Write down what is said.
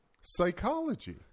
psychology